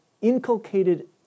inculcated